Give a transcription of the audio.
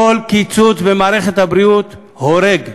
כל קיצוץ במערכת הבריאות הורג.